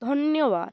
ଧନ୍ୟବାଦ